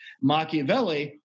Machiavelli